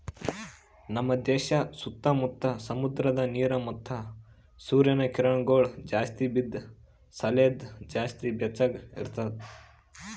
ನಮ್ ದೇಶ ಸುತ್ತಾ ಮುತ್ತಾ ಸಮುದ್ರದ ನೀರ ಮತ್ತ ಸೂರ್ಯನ ಕಿರಣಗೊಳ್ ಜಾಸ್ತಿ ಬಿದ್ದು ಸಲೆಂದ್ ಜಾಸ್ತಿ ಬೆಚ್ಚಗ ಇರ್ತದ